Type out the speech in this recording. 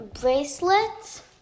bracelets